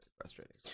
frustrating